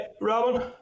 Robin